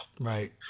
Right